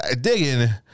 Digging